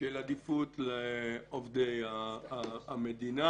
של עדיפות לעובדי המדינה.